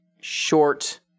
short